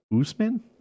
usman